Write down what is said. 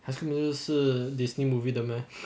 high school musical 是 disney movie 的 meh